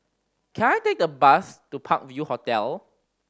can I take the bus to Park View Hotel